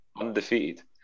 undefeated